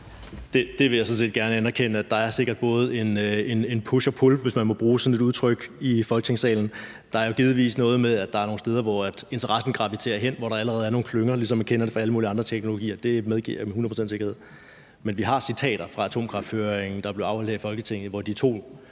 (LA): Jeg vil sådan set gerne anerkende, at der sikkert både er en push and pull, hvis man må bruge sådan et udtryk i Folketingssalen. Der er givetvis noget med, at der er nogle steder, hvor interessen graviterer hen, hvor der allerede er nogle klynger, ligesom man kender det fra alle mulige andre teknologier; det medgiver jeg med hundrede procents sikkerhed. Men vi har citater fra atomkrafthøringen, der blev afholdt her i Folketinget, hvor de to